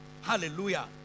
Hallelujah